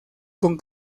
con